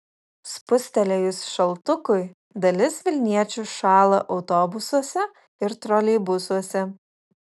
spustelėjus šaltukui dalis vilniečių šąla autobusuose ir troleibusuose